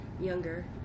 younger